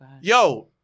yo